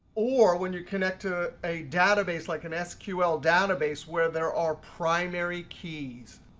or when you connect to a database like an sql database where there are primary keys.